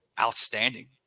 outstanding